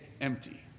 empty